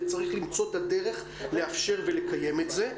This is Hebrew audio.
וצריך למצוא את הדרך לאפשר ולקיים את זה.